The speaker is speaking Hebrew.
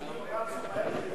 הלך מהר מדי.